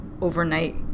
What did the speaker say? overnight